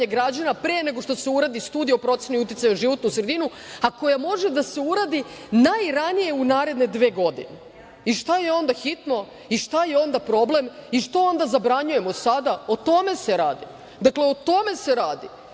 građana pre nego što se uradi studija o proceni uticaja na životnu sredinu, a koja može da se uradi najranije u naredne dve godine i šta je onda hitno? Šta je onda problem? Što onda zabranjujemo sada? O tome se radi. O toj prevari